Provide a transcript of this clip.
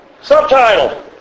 Subtitle